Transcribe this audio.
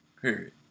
Period